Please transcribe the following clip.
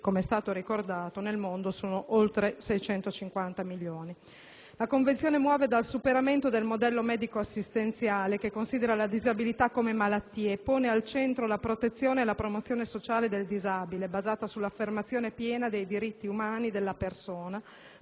con disabilità, che nel mondo sono oltre 650 milioni. La Convenzione muove dal superamento del modello medico assistenziale, che considera la disabilità come malattia, e pone al centro la protezione e la promozione sociale del disabile, basata sull'affermazione piena dei diritti umani della persona,